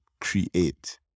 create